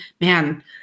man